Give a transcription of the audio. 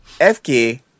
fk